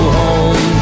home